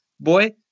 Boy